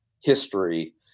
history